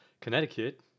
Connecticut